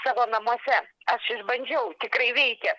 savo namuose aš išbandžiau tikrai veikia